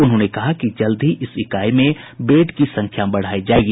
उन्होंने कहा कि जल्द ही इस इकाई में बेड की संख्या बढ़ायी जायेगी